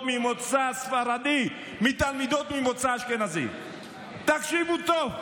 ממוצא ספרדי מתלמידות ממוצא אשכנזי תקשיבו טוב,